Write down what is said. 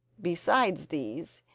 besides these,